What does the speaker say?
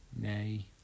nay